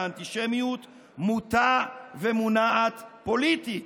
מוטה ומונעת פוליטית.